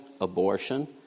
abortion